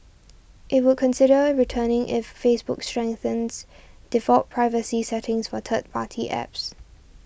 it would consider returning if Facebook strengthens default privacy settings for third party apps